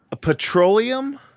Petroleum